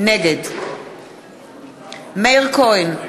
נגד מאיר כהן,